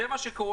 זה מה שקורה.